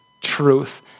truth